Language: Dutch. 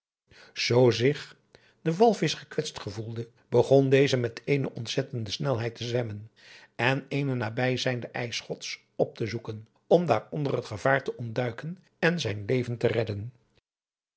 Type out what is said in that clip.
zood zich de walvisch gekwetst gevoelde begon deze met eene ontzettende snelheid te zwemmen en eene nabij zijnde ijsschots op te zoeken om daar onder het gevaar te ontduiken en zijn leven te redden